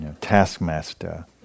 taskmaster